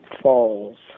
falls